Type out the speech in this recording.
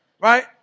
Right